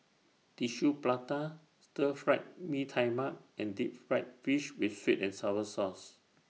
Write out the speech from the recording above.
Tissue Prata Stir Fried Mee Tai Mak and Deep Fried Fish with Sweet and Sour Sauce